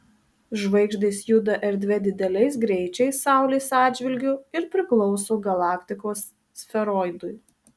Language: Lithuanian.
žvaigždės juda erdve dideliais greičiais saulės atžvilgiu ir priklauso galaktikos sferoidui